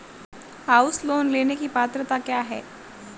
House loan लेने की पात्रता क्या है?